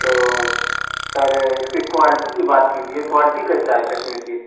تو سر اس کی کوالٹی کی بات کیجیے کوالٹی کیسا ہے چشمے کی